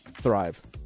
thrive